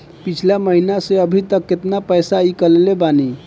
पिछला महीना से अभीतक केतना पैसा ईकलले बानी?